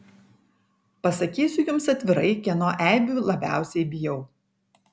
pasakysiu jums atvirai kieno eibių labiausiai bijau